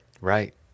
Right